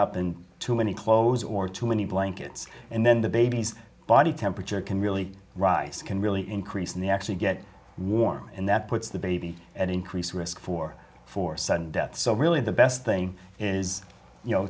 up in too many clothes or too many blankets and then the baby's body temperature can really rise can really increase in the actually get warm and that puts the babies at increased risk for four sudden death so really the best thing is